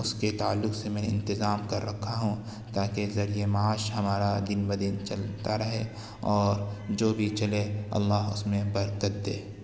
اس کے تعلق سے میں انتظام کر رکھا ہوں تاکہ ذریعہ معاش ہمارا دن بہ دن چلتا رہے اور جو بھی چلے اللہ اس میں برکت دے